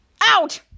out